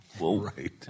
right